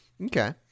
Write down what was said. Okay